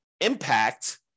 impact